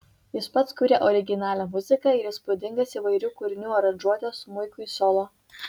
jis pats kuria originalią muziką ir įspūdingas įvairių kūrinių aranžuotes smuikui solo